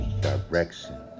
direction